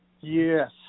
Yes